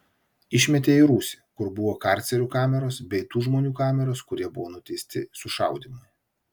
išmetė į rūsį kur buvo karcerių kameros bei tų žmonių kameros kurie buvo nuteisti sušaudymui